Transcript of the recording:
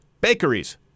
Bakeries